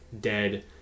dead